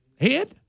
head